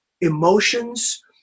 emotions